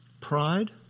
Pride